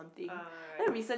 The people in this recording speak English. ah right